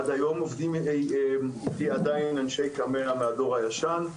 עד היום עובדים עדיין אנשי קמ"ע מהדור הישן,